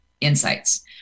insights